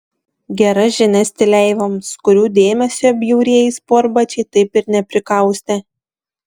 gera žinia stileivoms kurių dėmesio bjaurieji sportbačiai taip ir neprikaustė